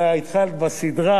ואללה, התחלת בסדרה,